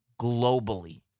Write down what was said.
globally